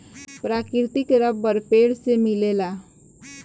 प्राकृतिक रबर पेड़ से मिलेला